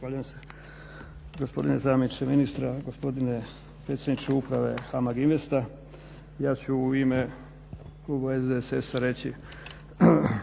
Zahvaljujem se. Gospodine zamjeniče ministra, gospodine predsjedniče Uprave HAMAG Investa. Ja ću u ime kluba SDSS-a reći